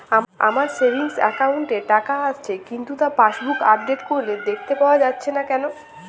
আমার savings account এ টাকা আসছে কিন্তু তা পাসবুক আপডেট করলে দেখতে পাওয়া যাচ্ছে না কেন?